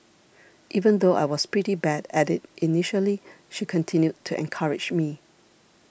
even though I was pretty bad at it initially she continued to encourage me